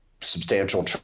substantial